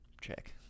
check